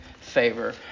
favor